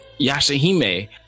Yashahime